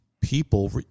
people